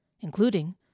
including